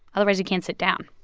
otherwise, you can't sit down